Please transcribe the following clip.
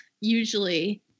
usually